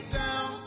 down